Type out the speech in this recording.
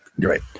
Great